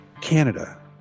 Canada